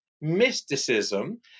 mysticism